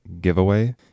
giveaway